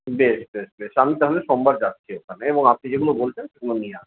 বেশ বেশ বেশ আমি তাহলে সোমবার যাচ্ছি ওখানে এবং আপনি যেগুলো বলছেন সেগুলো নিয়ে আসব